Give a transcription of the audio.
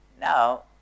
Now